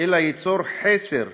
אלא נוצר חסר,